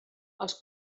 els